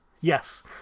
Yes